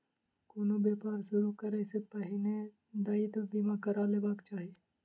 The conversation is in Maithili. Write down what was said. कोनो व्यापार शुरू करै सॅ पहिने दायित्व बीमा करा लेबाक चाही